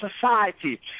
society